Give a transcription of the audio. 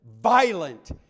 violent